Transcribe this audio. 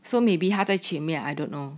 so maybe 还在前面 I don't know